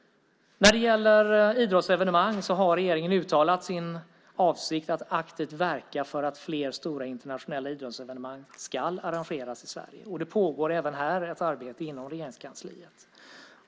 När det gäller idrottsevenemang har regeringen uttalat sin avsikt att aktivt verka för att fler stora internationella idrottsevenemang ska arrangeras i Sverige. Det pågår även här ett arbete inom Regeringskansliet.